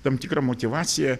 tam tikra motyvacija